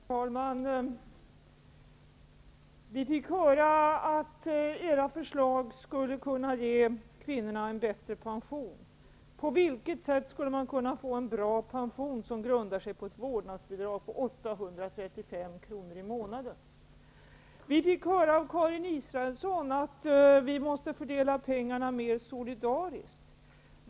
Herr talman! Vi fick höra att centerns förslag skulle kunna ge kvinnorna bättre pension. På vilket sätt skulle man kunna få en bra pension som grundar sig på ett vårdnadsbidrag på 835 kr. i månaden? Vi fick höra av Karin Israelsson att vi måste fördela pengarna mer solidariskt.